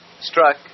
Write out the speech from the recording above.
struck